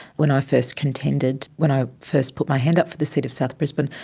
when i first contended, when i first put my hand up for the seat of south brisbane,